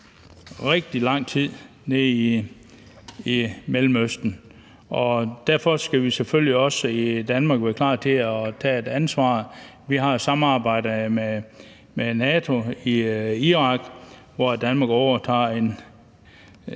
rigtig lang tid nede i Mellemøsten, og derfor skal vi jo selvfølgelig også i Danmark være klar til at tage et ansvar. Vi har et samarbejde med NATO i Irak, hvor Danmark overtager en